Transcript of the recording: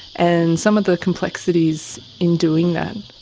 and some of the complexities in doing that.